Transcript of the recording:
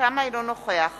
אינו נוכח